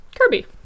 Kirby